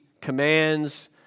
commands